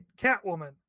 Catwoman